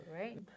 right